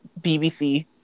BBC